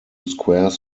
squares